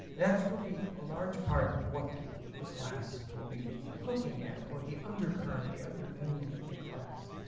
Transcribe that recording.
that's really a large part of what the class will be looking at or the undercurrent, the under-meaning of the class.